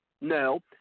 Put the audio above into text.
No